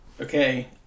Okay